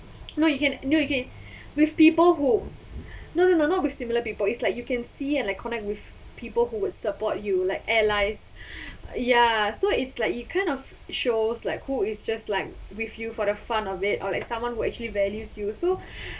no you can no you can with people who no no no not with similar people it's like you can see and connect with people who would support you like allies ya so it's like you kind of shows like who is just like with you for the fun of it on someone who actually values you so